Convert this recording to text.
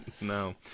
No